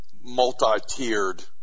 multi-tiered